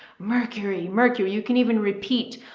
mercury, mercury. you can even repeat,